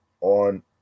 on